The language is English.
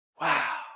Wow